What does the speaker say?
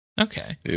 Okay